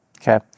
Okay